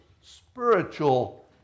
spiritual